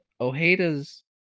Ojeda's